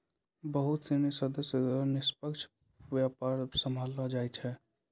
बहुत सिनी सदस्य द्वारा निष्पक्ष व्यापार सम्भाललो जाय छै